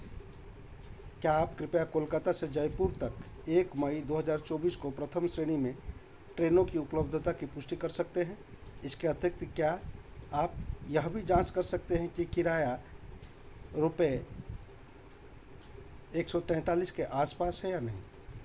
क्या आप कृपया कोलकाता से जयपुर तक एक मई दो हज़ार चौबीस को प्रथम श्रेणी में ट्रेनों की उपलब्धता की पुष्टि कर सकते हैं इसके अतिरिक्त क्या आप यह भी जाँच कर सकते हैं कि किराया रुपये एक सौ तैंतालीस के आस पास है या नहीं